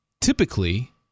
typically